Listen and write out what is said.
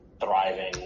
thriving